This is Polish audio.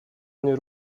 mnie